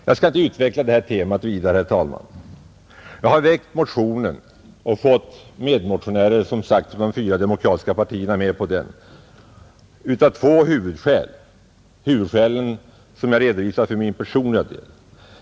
Jag skall inte, herr talman, utveckla det här temat vidare, Jag har väckt motionen — och, som sagt, fått medmotionärer från de fyra demokratiska partierna med mig — av två huvudskäl, som jag redovisar för min personliga del.